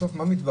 בסוף מה מתברר?